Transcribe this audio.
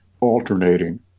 alternating